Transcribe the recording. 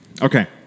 Okay